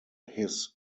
his